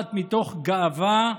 שנובעת מתוך גאווה,